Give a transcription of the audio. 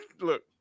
Look